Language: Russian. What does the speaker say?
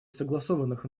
согласованных